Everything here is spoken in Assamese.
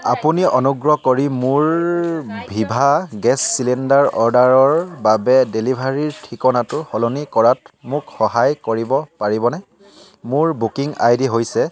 আপুনি অনুগ্ৰহ কৰি মোৰ ভিভা গেছ চিলিণ্ডাৰ অৰ্ডাৰৰ বাবে ডেলিভাৰীৰ ঠিকনাটো সলনি কৰাত মোক সহায় কৰিব পাৰিবনে মোৰ বুকিং আই ডি হৈছে